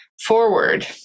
forward